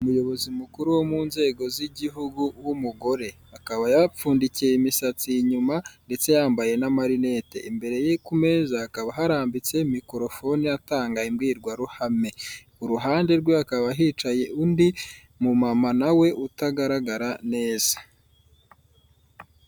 Umuyozi mukuru wo mu nzego z'igihugu w'umugore, akaba yapfundikiye imisatsi inyuma, ndetse yambaye n'amarinete imbere ye ku meza hakaba harambitse mikorofone atanga imbwirwaruhame, mu ruhande rwe hakaba hicaye undi mu mama nawe utagaragara neza.